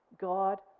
God